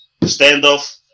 Standoff